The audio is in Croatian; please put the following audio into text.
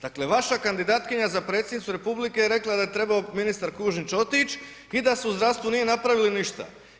Dakle vaša kandidatkinja za predsjednicu Republike je rekla da je trebao ministar Kujundžić otići i da se u zdravstvu nije napravilo ništa.